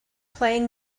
playing